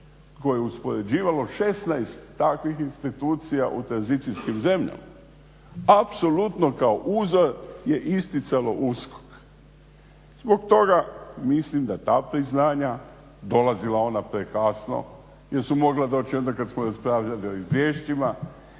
koje je uspoređivalo 16 takvih institucija u tranzicijskim zemljama apsolutno kao uzor je isticalo USKOK. Zbog toga mislim da ta priznanja, dolazila ona prekasno, jesu mogla doći onda kad smo raspravljali o izvješćima,